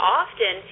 often